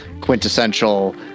quintessential